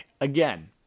Again